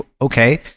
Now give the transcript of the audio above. okay